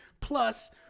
Plus